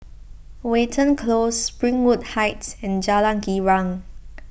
Watten Close Springwood Heights and Jalan Girang